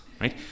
right